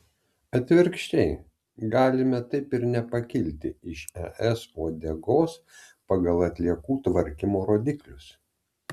atvirkščiai galime taip ir nepakilti iš es uodegos pagal atliekų tvarkymo rodiklius